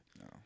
No